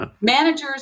managers